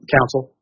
Counsel